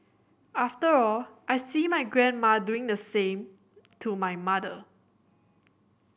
after all I see my grandma doing the same to my mother